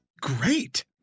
great